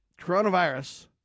coronavirus